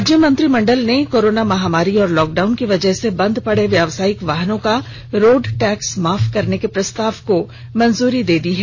राज्य मंत्रिमंडल ने कोरोना महामारी और लॉकडाउन की वजह से बंद पड़े व्यवसायिक वाहनों का रोड टैक्स माफ करने के प्रस्ताव को मंजूरी दे दी है